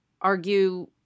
argue